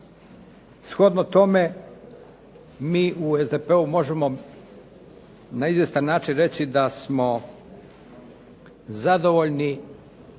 Shodno tome mi u SDP-u možemo na izvjestan način reći da smo zadovoljni